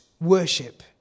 worship